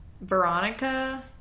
Veronica